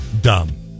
dumb